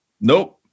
Nope